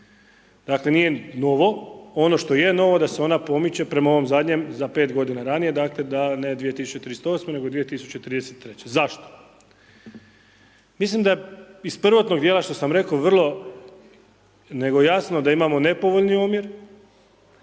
Dakle, nije novo, ono što je novo da se ona pomiče prema ovom zadnjem, za pet godina ranije, dakle da ne 2038. nego 2033. Zašto? Mislim da je iz prvotnog djela što sam rekao, vrlo nego jasno da imamo nepovoljni omjer,